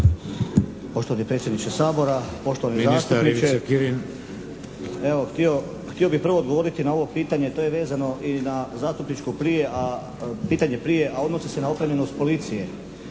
Poštovani predsjedniče Sabora, poštovani zastupniče. Evo, htio bih prvo odgovoriti na ovo pitanje to je vezano i na zastupničko prije, pitanje prije, a odnosi se na opremljenost policije.